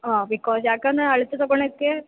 ಹಾಂ ಬಿಕಾಸ್ ಯಾಕಂದರೆ ಅಳತೆ ತಗೋಳಕ್ಕೆ